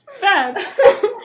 Bad